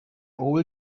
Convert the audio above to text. all